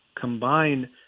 combine